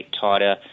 tighter